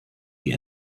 die